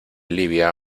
libia